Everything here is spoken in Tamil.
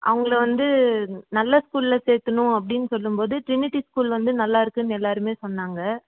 அவங்கள வந்து நல்ல ஸ்கூலில் சேர்க்கணும் அப்படின்னு சொல்லும்போது ட்ரினிட்டி ஸ்கூல் வந்து நல்லாயிருக்குன்னு எல்லாருமே சொன்னாங்க